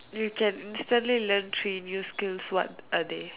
you can instantly learn three new skills what are they